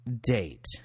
date